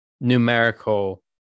numerical